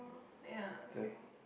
ya okay